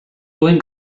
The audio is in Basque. duen